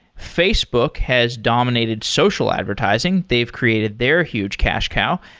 facebook has dominated social advertising. they've created their huge cash cow.